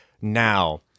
now